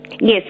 Yes